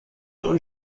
und